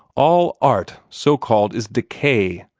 all art, so-called, is decay,